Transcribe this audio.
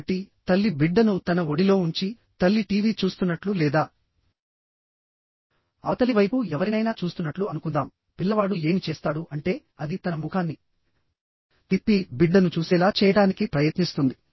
కాబట్టి తల్లి బిడ్డను తన ఒడిలో ఉంచి తల్లి టీవీ చూస్తున్నట్లు లేదా అవతలి వైపు ఎవరినైనా చూస్తున్నట్లు అనుకుందాం పిల్లవాడు ఏమి చేస్తాడు అంటే అది తన ముఖాన్ని తిప్పి బిడ్డను చూసేలా చేయడానికి ప్రయత్నిస్తుంది